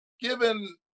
given